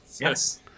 Yes